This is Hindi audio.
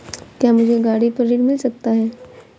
क्या मुझे गाड़ी पर ऋण मिल सकता है?